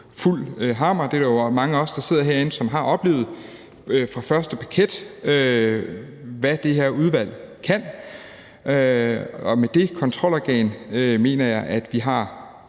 fuld hammer, og der er jo mange af os, der sidder herinde, som fra første parket har oplevet, hvad det her udvalg kan, og med det kontrolorgan mener jeg, at vi har